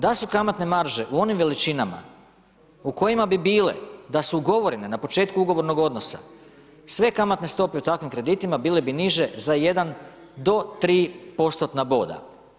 Da su kamatne marže u onim veličinama u kojima bi bile da su ugovorene na početku ugovornog odnosa, sve kamatne stope u takvim kreditima bile bi niže za jedan do tri postotna boda.